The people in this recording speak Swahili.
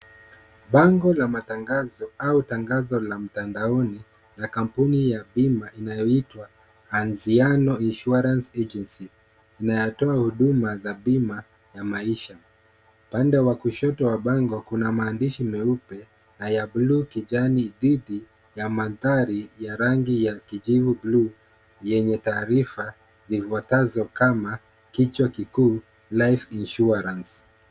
Bango la matangazo au tangazo la mtandaoni la kampuni ya bima inayoitwa Anziano Insurance Agency , inatoa huduma za bima ya maisha. Upande wa kushoto wa bango kuna maandishi meupe ya bluu kijani dhidi ya mandhari ya rangi ya kijivu bluu yenye taarifa zifuatazo kama kichwa kikuu Life Insurance .